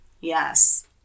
Yes